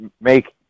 make